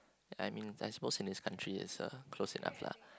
I mean that suppose in his country is uh close enough lah